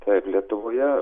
taip lietuvoje